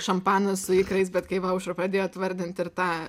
šampanas su ikrais bet kai va aušra pradėjot vardint ir tą